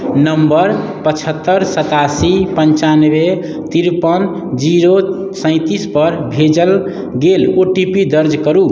number पचहत्तरि सतासी पञ्चानबे तिरपन जीरो सैंतीसपर भेजल गेल ओ टी पी दर्ज करू